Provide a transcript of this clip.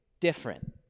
different